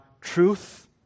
truth